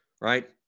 right